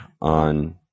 on